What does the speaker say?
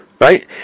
Right